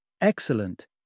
Excellent